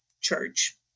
church